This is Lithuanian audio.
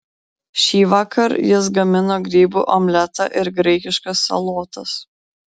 šįvakar jis gamino grybų omletą ir graikiškas salotas